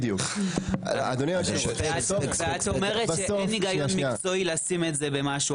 בסוף אין היגיון מקצועי לשים את זה במשהו,